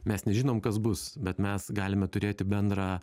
mes nežinom kas bus bet mes galime turėti bendrą